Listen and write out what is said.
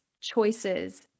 choices